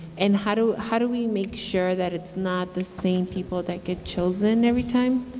and how do how do we make sure that it's not the same people that get chosen every time?